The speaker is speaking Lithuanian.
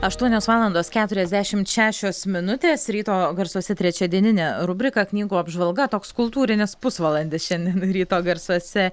aštuonios valandos keturiasdešimt šešios minutės ryto garsuose trečiadieninė rubrika knygų apžvalga toks kultūrinis pusvalandis šiandien ryto garsuose